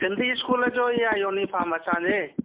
Sindhi school जो ई आहे यूनिफ़ार्म असांजे